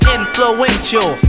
Influential